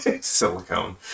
Silicone